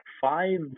five